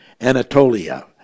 Anatolia